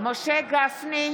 משה גפני,